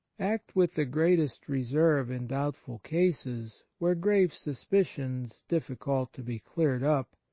act with the greatest reserve in doubtful cases where grave suspicions, difficult to be cleared up,